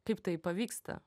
kaip tai pavyksta